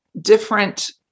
different